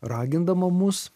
ragindama mus